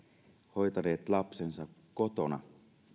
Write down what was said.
hoitaneet lapsensa kotona päätökseen